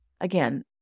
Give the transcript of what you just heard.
Again